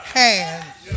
hands